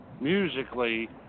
musically